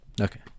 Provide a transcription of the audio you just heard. Okay